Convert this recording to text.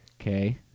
Okay